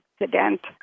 accident